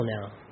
now